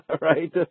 right